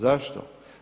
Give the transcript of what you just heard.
Zašto?